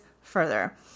further